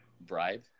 bribe